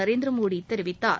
நரேந்திரமோடி தெரிவித்தார்